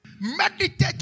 Meditate